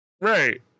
right